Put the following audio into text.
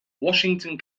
washington